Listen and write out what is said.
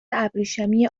ابریشمی